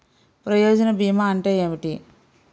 ప్రయోజన భీమా అంటే ఏమిటి?